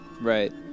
right